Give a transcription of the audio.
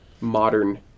modern